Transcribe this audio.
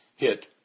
Hit